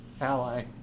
ally